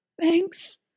thanks